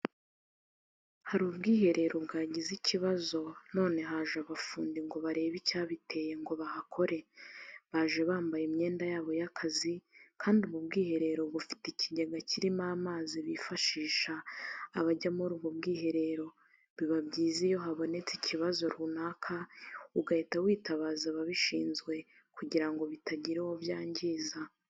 Hari ubwiherero bwagize ikibazo none haje abafundi ngo barebe icyabiteye ngo bahakore, baje bambaye imyenda yabo y'akazi kandi ubwo bwiherero bufite ikigega kirimo amazi bifashisha abajya muri ubwo bwiherero, biba byiza iyo habonetse ikibazo runaka ugahita witabaza ababishinzwe kugira ngo bitagira uwo byangiza.